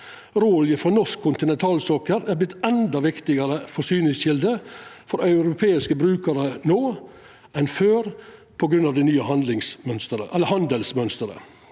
Råolje frå norsk kontinentalsokkel har vorte ei endå viktigare forsyningskjelde for europeiske brukarar no enn før på grunn av det nye handelsmønsteret.